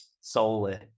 solely